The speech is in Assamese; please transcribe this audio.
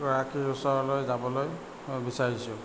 গৰাকীৰ ওচৰলৈ যাবলৈ মই বিচাৰিছোঁ